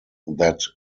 that